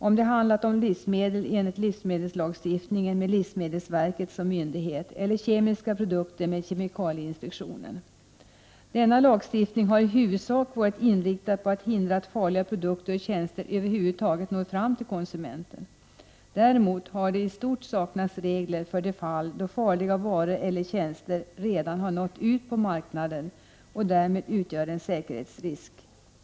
Om det handlat om livsmedel har man följt livsmedelslagstiftningen med livsmedelsverket som myndighet, och om det gällt kemiska produkter har kemikalieinspektionen varit myndighet. Denna lagstiftning har i huvudsak varit inriktad på att hindra att farliga produkter och tjänster över huvud taget når fram till konsumenten. Däremot har det i stort saknats regler för de fall då farliga varor eller tjänster redan har nått ut på marknaden och därmed utgör en säkerhetsrisk.